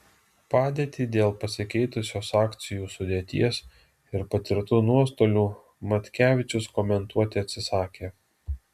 padėtį dėl pasikeitusios akcijų sudėties ir patirtų nuostolių matkevičius komentuoti atsisakė